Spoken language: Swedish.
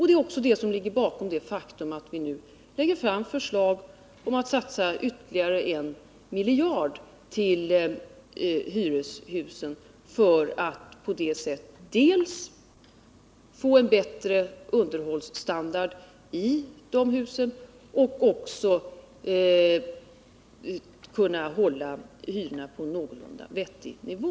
Det är också detta som ligger bakom det faktum att vi nu lägger fram förslag om att satsa ytterligare en miljard kronor till hyreshusen för att på det sättet dels få en bättre underhållsstandard i dessa hus, dels kunna hålla hyrorna på en någorlunda vettig nivå.